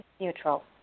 Neutral